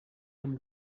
amb